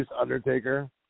Undertaker